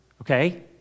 okay